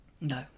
No